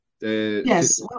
Yes